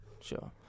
Sure